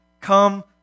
come